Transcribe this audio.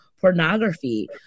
pornography